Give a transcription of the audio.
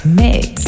mix